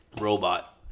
robot